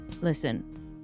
Listen